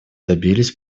добились